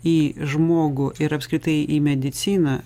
į žmogų ir apskritai į mediciną